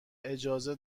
اجازه